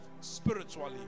spiritually